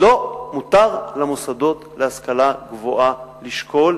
מותר למוסדות להשכלה גבוהה לשקול